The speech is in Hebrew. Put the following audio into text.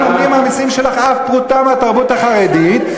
אל תממני מהמסים שלך אף פרוטה מהתרבות החרדית,